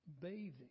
Bathing